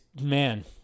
man